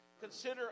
Consider